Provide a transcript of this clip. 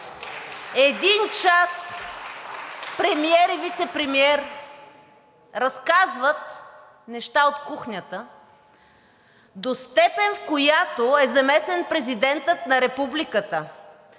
Един час премиер и вицепремиер разказват неща от кухнята до степен, в която е замесен Президентът на Републиката,